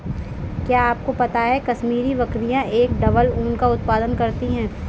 क्या आपको पता है कश्मीरी बकरियां एक डबल ऊन का उत्पादन करती हैं?